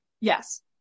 yes